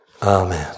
Amen